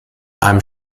einem